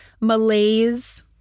malaise